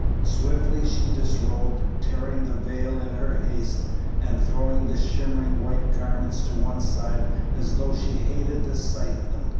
swiftly she disrobed, tearing the veil in her haste and throwing the shimmering white garments to one side as though she hated the sight of them.